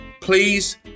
please